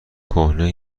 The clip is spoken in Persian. کهنه